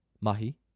Mahi